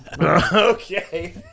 Okay